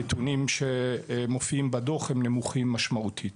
הנתונים שמופיעים בדוח הם נמוכים משמעותית.